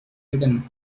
hidden